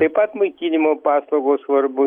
taip maitinimo paslaugos svarbu